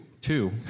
two